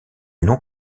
non